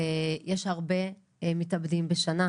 יש הרבה מתאבדים בשנה,